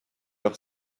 leur